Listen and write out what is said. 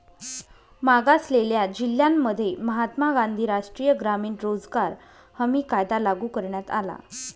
मागासलेल्या जिल्ह्यांमध्ये महात्मा गांधी राष्ट्रीय ग्रामीण रोजगार हमी कायदा लागू करण्यात आला